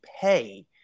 pay